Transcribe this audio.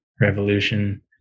revolution